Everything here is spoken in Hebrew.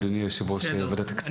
אדוני יושב-ראש ועדת הכספים,